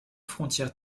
frontière